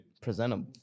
Presentable